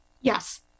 yes